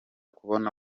kubona